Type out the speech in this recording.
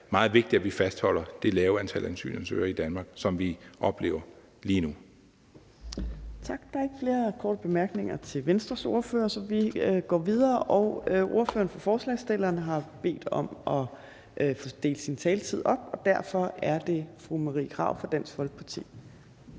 det er meget vigtigt, at vi fastholder det lave antal asylansøgere i Danmark, som vi oplever lige nu. Kl. 15:15 Fjerde næstformand (Trine Torp): Tak. Der er ikke flere korte bemærkninger til Venstres ordfører, så vi går videre. Ordføreren for forslagsstillerne har bedt om at få sin taletid delt op, og derfor er det fru Marie Krarup fra Dansk Folkeparti.